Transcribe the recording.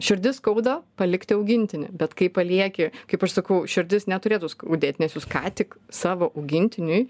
širdis skauda palikti augintinį bet kai palieki kaip aš sakau širdis neturėtų skaudėt nes jūs ką tik savo augintiniui